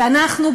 ואנחנו,